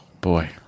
boy